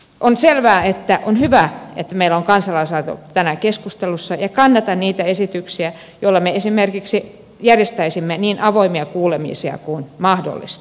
on selvää että on hyvä että meillä on kansalaisaloite tänään keskustelussa ja kannatan niitä esityksiä joilla me esimerkiksi järjestäisimme niin avoimia kuulemisia kuin mahdollista